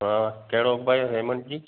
हा कहिड़ो पए रेमंड जी